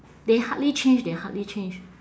they hardly change they hardly change